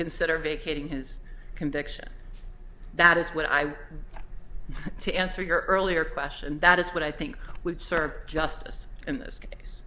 consider vacating his conviction that is what i to answer your earlier question and that is what i think would serve justice in this case